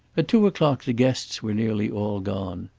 at two o'clock the guests were nearly all gone.